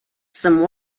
some